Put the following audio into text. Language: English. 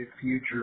future